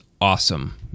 awesome